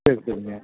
சரி சரிங்க